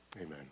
Amen